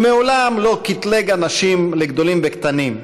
הוא מעולם לא קטלג אנשים לגדולים וקטנים,